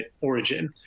origin